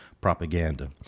propaganda